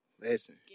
Listen